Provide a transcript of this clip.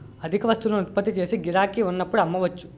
అధిక వస్తువులను ఉత్పత్తి చేసి గిరాకీ ఉన్నప్పుడు అమ్మవచ్చు